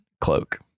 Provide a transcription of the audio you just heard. cloak